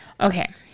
okay